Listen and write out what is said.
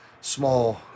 small